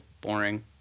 boring